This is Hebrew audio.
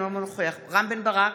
אינו נוכח רם בן ברק,